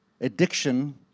addiction